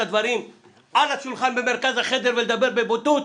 הדברים על השולחן במרכז החדר ולדבר בבוטות?